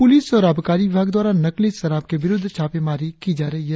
police और आबकारी विभाग द्वारा नकली शराब के विरुद्ध छापेमारी की जा रही है